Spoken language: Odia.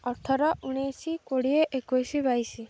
ଅଠର ଉଣେଇଶି କୋଡ଼ିଏ ଏକୋଇଶି ବାଇଶି